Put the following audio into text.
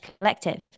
Collective